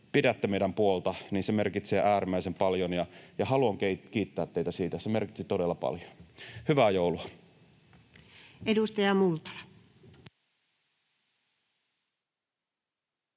pidätte meidän puolta, merkitsee äärimmäisen paljon, ja haluan kiittää teitä siitä. Se merkitsi todella paljon. Hyvää joulua! [Speech 35]